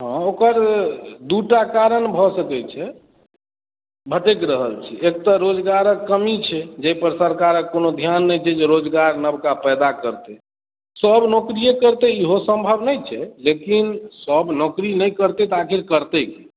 हॅं ओकर दूटा कारण भऽ सकै छै भटकि रहल छी एक तऽ रोजगारक कमी छै जाहि पर सरकारक कोनो ध्यान नहि छै जे रोजगार नवका पैदा करतै सब नौकरिये करतै इहो संभव नहि छै लेकिन सब नौकरी नहि करतै तऽ आखिर करतै की